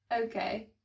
Okay